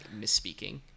misspeaking